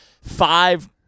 Five